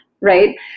Right